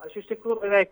aš iš tikrųjų bevei